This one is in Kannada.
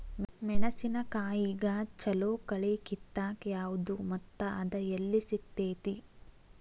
ಮೆಣಸಿನಕಾಯಿಗ ಛಲೋ ಕಳಿ ಕಿತ್ತಾಕ್ ಯಾವ್ದು ಮತ್ತ ಅದ ಎಲ್ಲಿ ಸಿಗ್ತೆತಿ?